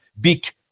big